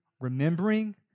remembering